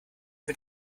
mit